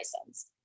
license